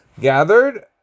gathered